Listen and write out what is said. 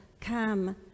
come